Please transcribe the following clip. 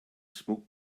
smoke